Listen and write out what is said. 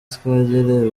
twongereye